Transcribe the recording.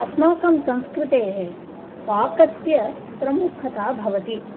अस्माकं संस्कृतेः पाकस्य प्रमुखता भवति